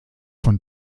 von